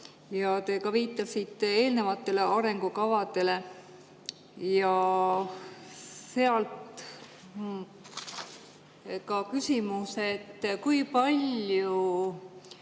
eest! Te viitasite eelnevatele arengukavadele ja sealt ka küsimus. Kui palju